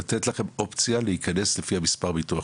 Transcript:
לתת לכם אופציה להיכנס לפי המספר ביטוח